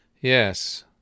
Yes